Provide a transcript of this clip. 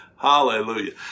Hallelujah